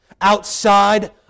outside